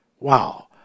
Wow